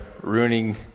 ruining